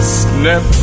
snap